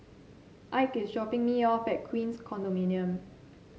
Ike is dropping me off at Queens Condominium